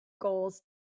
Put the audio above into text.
goals